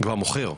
כבר מוכר?